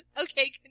Okay